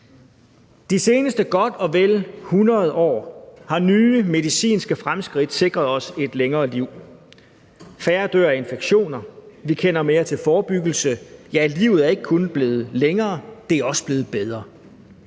De seneste godt og vel 100 år har nye medicinske fremskridt sikret os et længere liv. Færre dør af infektioner, vi kender mere til forebyggelse, ja, livet er ikke kun blevet længere, det er jeg også blevet bedre.